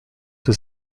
was